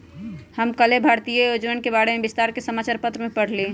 हम कल्लेह भारतीय योजनवन के बारे में विस्तार से समाचार पत्र में पढ़ लय